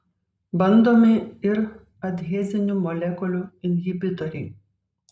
bandomi ir adhezinių molekulių inhibitoriai